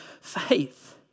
faith